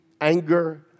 anger